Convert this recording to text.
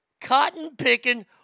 cotton-picking